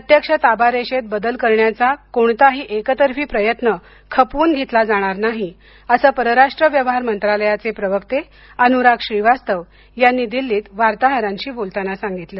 प्रत्यक्ष ताबा रेषेत बदल करण्याचा कोणताही एकतर्फी प्रयत्न खपवून घेतला जाणार नाही असं परराष्ट्र व्यवहार मंत्रालयाचे प्रवक्ता अनुराग श्रीवास्तव यांनी दिल्लीत वार्ताहरांशी बोलताना सांगितलं